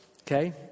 okay